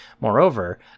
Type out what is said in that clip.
Moreover